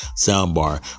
soundbar